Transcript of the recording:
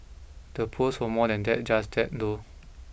the post were more than that just that though